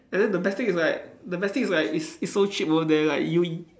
and then the best thing is like the best thing is like it's it's so cheap over there like you